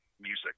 music